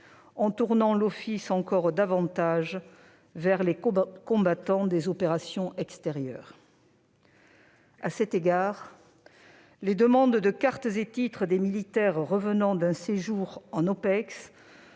en orientant encore davantage l'Office vers les combattants des opérations extérieures. À cet égard, les demandes de cartes et titres des militaires revenant d'un séjour en OPEX